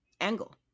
angle